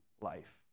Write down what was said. life